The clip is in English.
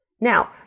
Now